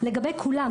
לגבי כולם.